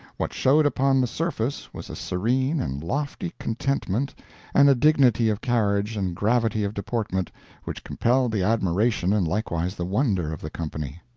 what showed upon the surface was a serene and lofty contentment and a dignity of carriage and gravity of deportment which compelled the admiration and likewise the wonder of the company.